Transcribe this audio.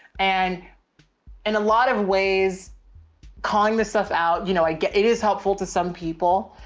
and in a lot of ways calling this stuff out, you know, i guess it is helpful to some people,